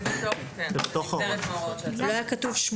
לא היה כתוב 80?